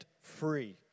free